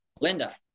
Linda